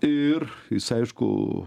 ir jis aišku